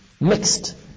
Mixed